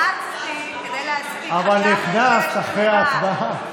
רצתי כדי להספיק, אבל נכנסת אחרי ההצבעה.